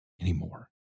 anymore